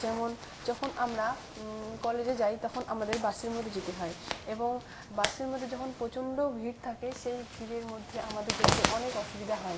যেমন যখন আমরা কলেজে যাই তখন আমাদের বাসের মধ্যে যেতে হয় এবং বাসের মধ্যে যখন প্রচণ্ড ভিড় থাকে সেই ভিড়ের মধ্যে আমাদের যেতে অনেক অসুবিধা হয়